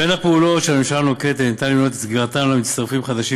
בין הפעולות שהממשלה נוקטת ניתן למנות את סגירתן למצטרפים חדשים